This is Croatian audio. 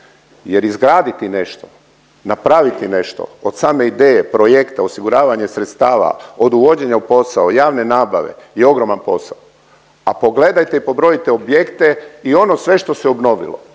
jer izgraditi nešto, napraviti nešto od same ideje, projekta, osiguravanja sredstava, od uvođenja u posao, javne nabave je ogroman posao, a pogledajte i pobrojite objekte i ono sve što se obnovilo